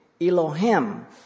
Elohim